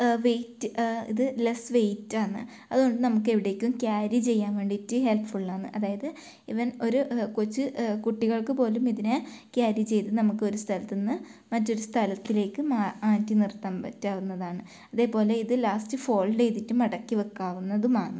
weight ഇത് less വെയിറ്റാണ് അതുകൊണ്ട് നമുക്ക് എവിടേക്കും ക്യാരി ചെയ്യാൻ വേണ്ടിയിട്ട് ഹെൽപ്ഫുള്ളാണ് അതായത് ഇവൻ ഒരു കൊച്ചു കുട്ടികൾക്ക് പോലും ഇതിനെ ക്യാരി ചെയ്ത് നമുക്ക് ഒരു സ്ഥലത്ത് നിന്നും മറ്റൊരു സ്ഥലത്തിലേക്ക് മാറ്റി നിർത്താൻ പറ്റാവുന്നതാണ് അതേപോലെ ഇത് ലാസ്റ്റ് ഫോൾഡ് ചെയ്തിട്ട് മടക്കി വയ്ക്കാവുന്നതും ആണ്